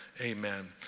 amen